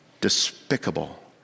Despicable